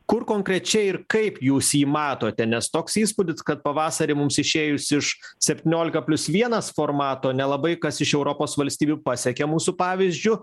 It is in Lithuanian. kur konkrečiai ir kaip jūs jį matote nes toks įspūdis kad pavasarį mums išėjus iš septyniolika plius vienas formato nelabai kas iš europos valstybių pasekė mūsų pavyzdžiu